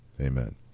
Amen